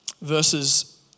Verses